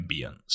ambience